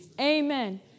amen